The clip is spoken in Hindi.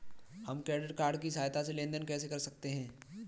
हम क्रेडिट कार्ड की सहायता से लेन देन कैसे कर सकते हैं?